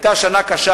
היתה שנה קשה